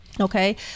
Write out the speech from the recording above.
Okay